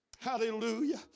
Hallelujah